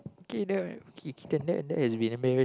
K the K K that that is being embarrassing